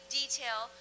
detail